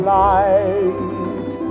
light